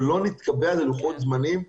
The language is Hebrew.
ולא נתקבע ללוחות זמנים.